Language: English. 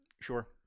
Sure